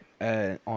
on